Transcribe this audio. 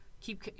keep